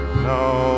No